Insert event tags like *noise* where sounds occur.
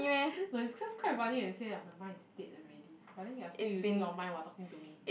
*laughs* no it's just quite funny to say that my mind is dead already but then you are still using your mind while talking to me